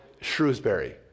Shrewsbury